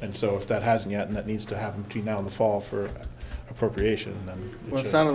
and so if that hasn't gotten that needs to happen to you know the fall for appropriations what sounded